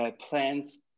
plans